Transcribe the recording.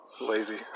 lazy